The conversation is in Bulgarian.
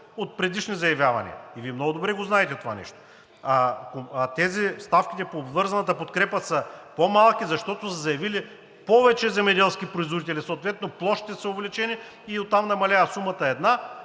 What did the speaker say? от предишни заявявания, и Вие много добре знаете това. Ставките по обвързаната подкрепа са по-малки, защото са заявили повече земеделски производители и съответно площите са увеличени, а оттам намалява. Сумата е една.